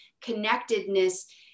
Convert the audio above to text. connectedness